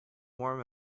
warm